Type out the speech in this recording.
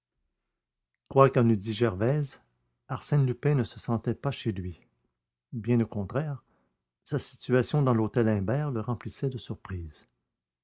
quoi qu'en eût dit gervaise arsène lupin ne se sentait pas chez lui bien au contraire sa situation dans l'hôtel imbert le remplissait de surprise